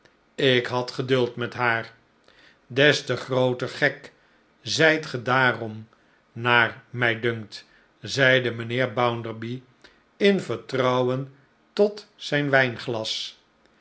ik had geduld met haar des te grooter gek zijt ge daarom naar mij dunkt zeide mijnheer bounderby in vertrouwen tot zijn wijnglas